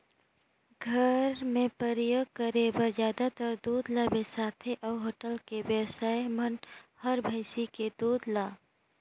घर मे परियोग करे बर जादातर दूद ल बेसाथे अउ होटल के बेवसाइ मन हर भइसी के दूद ल